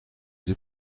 deux